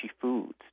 foods